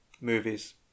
Movies